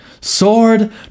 Sword